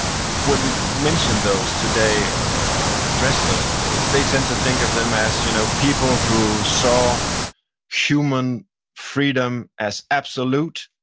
when we mention those today or address those today, they tend to think of them as you know people who saw human freedom as absolute.